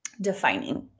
defining